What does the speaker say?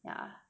ya